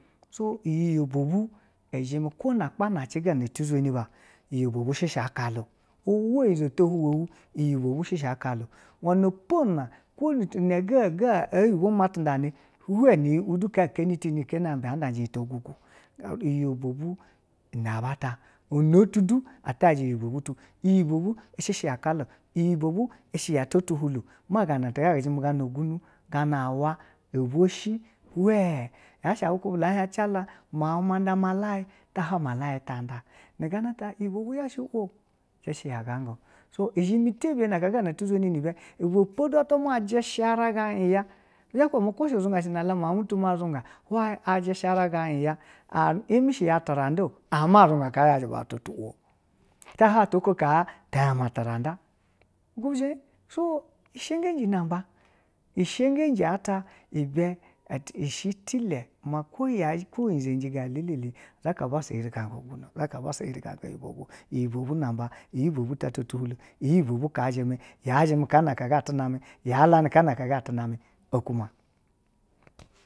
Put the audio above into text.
So iyi obwovwu i zheme kwo nu gbanace ga ti zheni ba iyi obwovwu shi shi a kala iwa unyizo te zha ya huwowu unyizo shi shi aka la o iwenepo na ko na ga oyibo ma tindani hwan nu jwe we tu keni teni keni ambwe te ja un ken ogugu iyi obovwo bu iyi ina ba ta, iyi obovwo tu shi ata kala iyi obovwo shi ya ta tihu lo ma gana nganga ju me miau ma ma nda la ma layi ta hweyi malayi ta nda iyi obovwo zha shi wo so i zheme tebiye na ka ga ɛ zheni nu ibe, ibe po tu atamwa a ji she ra ga iya bi zha ba kuba ma kwo shizunga shi na mianun mutu ma ji she raga hwayi iye me durada a zunga ka ama a zunga a yaji bauta to wu wowu, tahalaya atwa ko ka tayama durada ba hwaje so shogo tu na ba ɛ shogo ata ibe shi tile ma lwo unyizo jii gana ɛlɛlɛ zha ka bu bassa ɛri ganga iyi obovwo bu, iyi obovwo ka zheme ya lame ka na ko ga atu name oku ma.